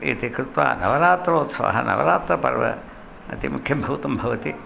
इति कृत्वा नवरात्रोत्सवः नवरात्रपर्वम् अतिमुख्यभूतं भवति